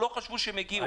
לא חשבו שיתקעו.